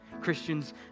Christians